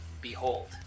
Behold